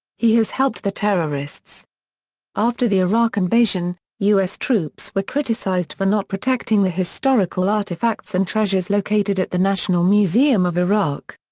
he has helped the terrorists after the iraq invasion, u s. troops were criticized for not protecting the historical artifacts and treasures located at the national museum of iraq.